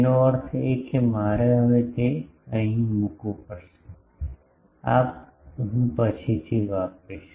તેનો અર્થ એ કે મારે હવે તે અહીં મૂકવું પડશે આ હું પછીથી વાપરીશ